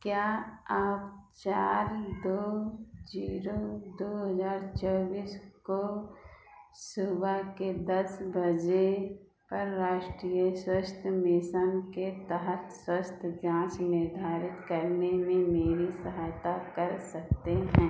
क्या आप चार दो जीरो दो हजार चौबीस को सुबह के दस बजे पर राष्ट्रीय स्वास्थ्य मिसन के तहत स्वास्थ्य जांच निर्धारित करने में मेरी सहायता कर सकते हैं